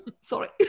sorry